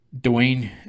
Dwayne